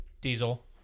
Diesel